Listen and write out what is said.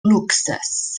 luxes